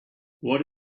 what